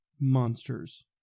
monsters